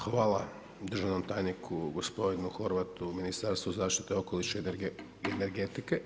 Hvala državnom tajniku gospodinu Horvatu u Ministarstvu zaštite okoliša i energetike.